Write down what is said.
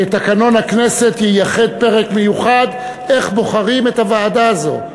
שתקנון הכנסת ייַחד פרק מיוחד איך בוחרים את הוועדה הזו.